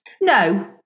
No